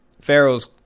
Pharaoh's